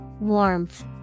Warmth